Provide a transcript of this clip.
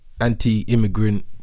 anti-immigrant